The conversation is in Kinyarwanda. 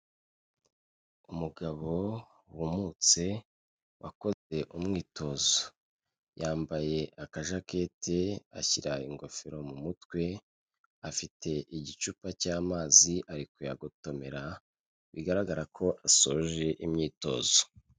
Umugabo wumutse wakoze umwitozo, yambaye akajaketi ashyira ingofero mu mutwe, afite igicupa cy'amazi ari kuyagotomera bigaragara ko asoje imyitozo.